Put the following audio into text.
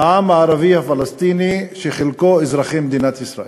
מהעם הערבי הפלסטיני, שחלקו אזרחי מדינת ישראל.